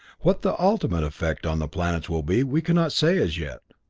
what the ultimate effect on the planets will be, we cannot say as yet.